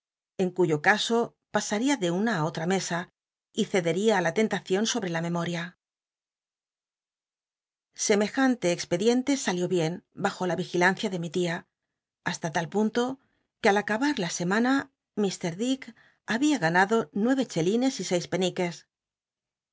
en cuyo caso pasa ría de una i otra mesa ccteri a ü la lentacion sobre la mem oria semcjat le expcditnte salió hicn hajn la i ilancia de mi tia basta tal punto nc al uabar la cmana ilr dkk habia ganado nue'r dtclinc y seis